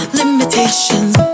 limitations